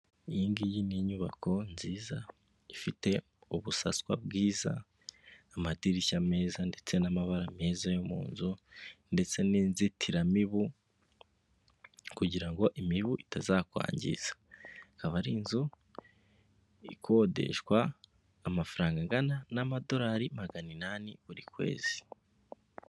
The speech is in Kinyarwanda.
Iyingiyi n’inyubako nziza ifite ubusaswa bwiza, amadirishya meza, ndetse namabara meza yo mu nzu ndetse n’inzitiramibu, kugira ngo imibu itazakwangiza. Ikaba ar’inzu ikodeshwa amafaranga angana n'amadorari magana inani buri kwezi.